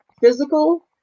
physical